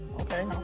Okay